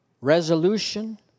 resolution